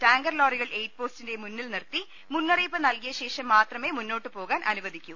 ടാങ്കർലോറികൾ എയ്ഡ്പോസ്റ്റിന്റെ മുന്നിൽ നിർത്തി മുന്നറിയിപ്പ് നൽകിയ ശേഷം മാത്രമേ മുന്നോട്ടു പോകാൻ അനുവദിക്കൂ